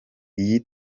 iyi